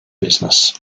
business